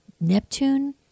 Neptune